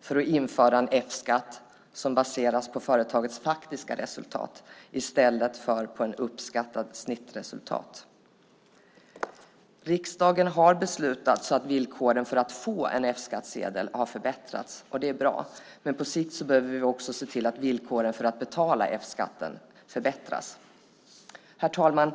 för att införa en F-skatt som baseras på företagets faktiska resultat i stället för på ett uppskattat snittresultat. Riksdagen har fattat beslut som har gjort att villkoren för att få F-skattsedel har förbättrats, och det är bra. Men på sikt behöver vi också se till att villkoren för att betala F-skatten förbättras. Herr talman!